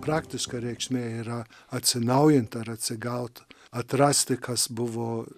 praktiška reikšmė yra atsinaujint ar atsigaut atrasti kas buvo